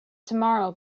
tomorrow